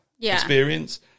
experience